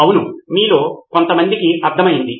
అవును మీలో కొంతమందికి అర్థమైంది